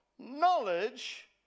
knowledge